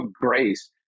grace